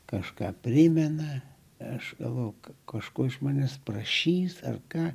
kažką primena aš lauk kažko iš manęs prašys ar ką